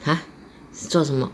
!huh! 做什么